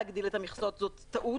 להגדיל את המכסות זו טעות,